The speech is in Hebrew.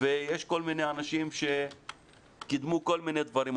ויש כל מיני אנשים שקידמו כל מיני דבירם.